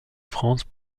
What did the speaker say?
france